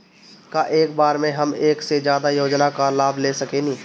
का एक बार में हम एक से ज्यादा योजना का लाभ ले सकेनी?